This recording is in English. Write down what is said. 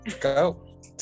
Go